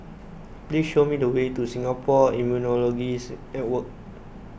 please show me the way to Singapore Immunology Network